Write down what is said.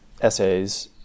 essays